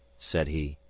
said he.